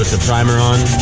of primer on.